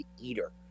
eater